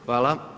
Hvala.